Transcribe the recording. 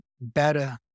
better